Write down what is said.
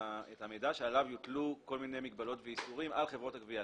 המידע שעליו יוטלו כל מיני מגבלות ואיסורים על חברות הגבייה,